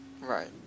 Right